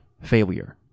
failure